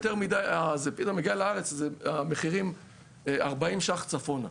זה פתאום מגיע לארץ, אז המחירים הם 40 ש"ח צפונה.